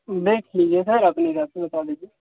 देख लीजिए सर अपने हिसाब से बता दीजिए